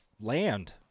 Land